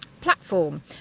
platform